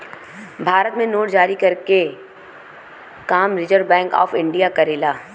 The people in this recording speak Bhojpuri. भारत में नोट जारी करे क काम रिज़र्व बैंक ऑफ़ इंडिया करेला